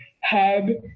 head